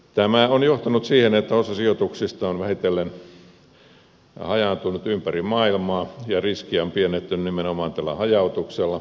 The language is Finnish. tämä on johtanut siihen että osa sijoituksista on vähitellen hajaantunut ympäri maailmaa ja riskiä on pienennetty nimenomaan tällä hajautuksella